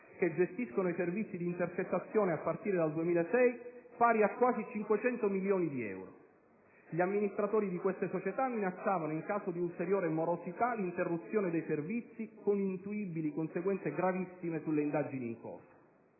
che gestiscono i servizi di intercettazione a partire dal 2006 pari a quasi cinquecento milioni di euro. Gli amministratori di queste società minacciavano, in caso di ulteriore morosità, l'interruzione dei servizi, con intuibili conseguenze gravissime sulle indagini in corso.